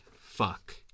fuck